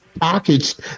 packaged